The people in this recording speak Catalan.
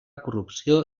corrupció